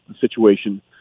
situation